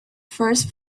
first